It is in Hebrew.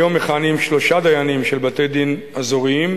כיום מכהנים שלושה דיינים של בתי-דין אזוריים